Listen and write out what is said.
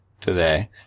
today